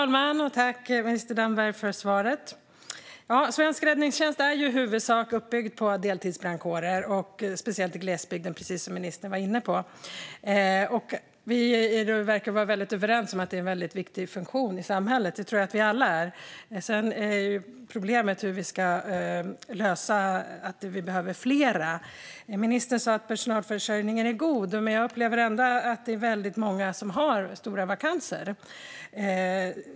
Fru talman! Tack, minister Damberg, för svaret! Ja, svensk räddningstjänst är ju i huvudsak uppbyggd på deltidsbrandkårer och speciellt i glesbygden, precis som ministern var inne på. Vi verkar vara överens om att det är en väldigt viktig funktion i samhället, och det tror jag att alla är överens om. Sedan är problemet hur vi ska lösa behovet av flera deltidsbrandmän. Ministern sa att personalförsörjningen är god, men jag upplever ändå att det är väldigt många som har stora vakanser.